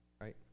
right